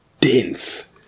dense